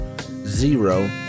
zero